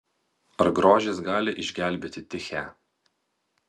ar grožis gali išgelbėti tichę